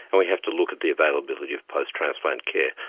and we have to look at the availability of post-transplant care.